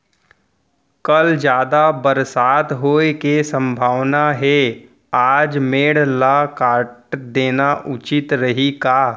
कल जादा बरसात होये के सम्भावना हे, आज मेड़ ल काट देना उचित रही का?